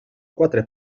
quatre